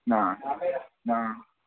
మా మా